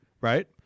right